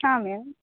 હા મેમ